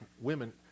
women